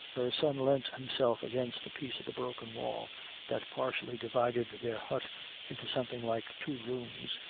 her son leant himself against a piece of the broken wall that partially divided their hut into something like two rooms,